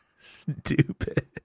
stupid